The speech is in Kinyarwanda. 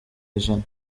ijana